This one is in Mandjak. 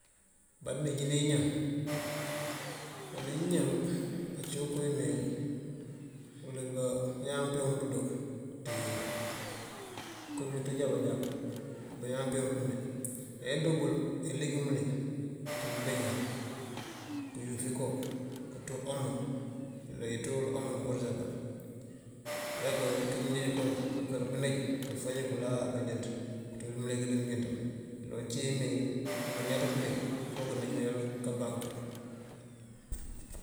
Banij nee iňa banij iňan aci uko wi mëmewi wul wi baňaan pewunŋ pëdo ţi comunote nja manjaáku wul wi baňaan pewunŋ pëme eedobul ilik mlik ţi ngëbeňëwar këyuf iko, këtu uwoomo mdika tuyul uwoomo na uwoorësabel aja ki mëjej kuŋ këkër pëníj këfañ kulaa aka jënţ këţu di mlik majënţ muŋ iloŋ aci ikovaňaţ pëníj fok këníj na yul kabanku.